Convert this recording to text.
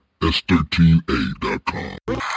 S13A.com